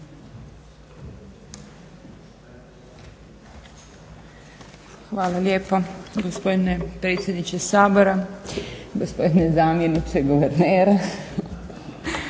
Hvala lijepo gospodine predsjedniče Sabora, gospodine zamjeniče guvernera.